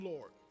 Lord